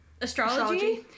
astrology